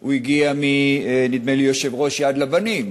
שהוא הגיע, נדמה לי, מיושב-ראש "יד לבנים".